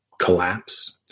collapse